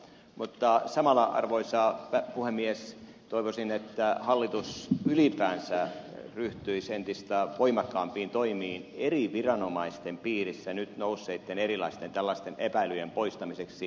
mutta samalla arvoisa puhemies toivoisin että hallitus ylipäänsä ryhtyisi entistä voimakkaampiin toimiin eri viranomaisten piirissä nyt nousseitten erilaisten tällaisten epäilyjen poistamiseksi